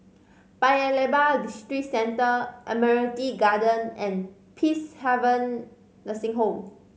Paya Lebar Districentre Admiralty Garden and Peacehaven Nursing Home